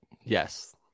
yes